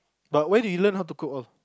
but where did you learn how to cook off